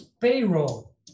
payroll